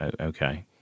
okay